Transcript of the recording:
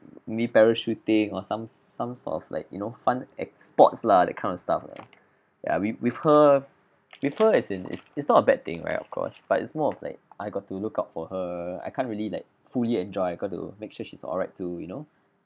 me parachuting or some some sort of like you know fun X-sports lah that kind of stuff lah ya with with her with her is in it's not a bad thing right of course but it's more like I got to look out for her I can't really like fully enjoy I got to make sure she's alright too you know